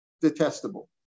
detestable